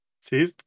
see